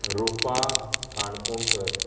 Rupa Kankonkar